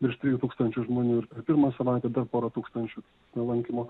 virš trijų tūkstančių žmonių ir pirmą savaitę dar pora tūkstančių lankymo